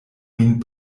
min